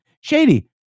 Shady